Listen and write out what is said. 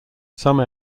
some